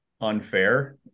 unfair